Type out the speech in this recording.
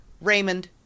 Raymond